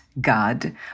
God